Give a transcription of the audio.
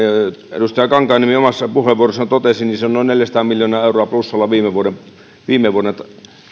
edustaja kankaanniemi omassa puheenvuorossaan totesi niin se oli noin neljäsataa miljoonaa euroa plussalla viime vuonna